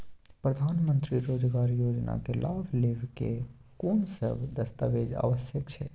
प्रधानमंत्री मंत्री रोजगार योजना के लाभ लेव के कोन सब दस्तावेज आवश्यक छै?